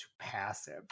passive